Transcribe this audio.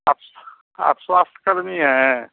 आप आप स्वास्थकर्मी हैं